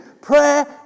Prayer